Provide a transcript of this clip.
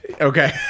Okay